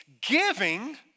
Giving